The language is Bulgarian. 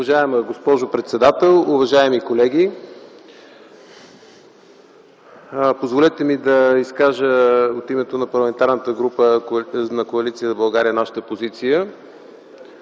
Уважаема госпожо председател, уважаеми колеги! Позволете ми от името на Парламентарната група на Коалиция за България да изкажа нашата позиция.